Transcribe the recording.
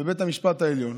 בבית המשפט העליון,